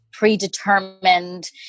predetermined